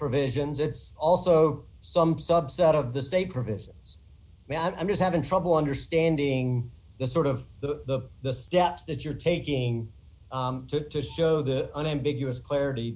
provisions it's also some subset of the state provisions me i'm just having trouble understanding the sort of the the steps that you're taking to show the unambiguous clarity